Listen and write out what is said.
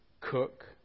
cook